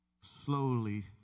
slowly